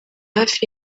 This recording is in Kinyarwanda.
hafi